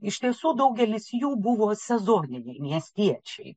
iš tiesų daugelis jų buvo sezoniniai miestiečiai